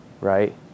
right